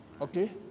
okay